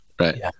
Right